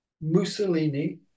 Mussolini